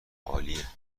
عالیه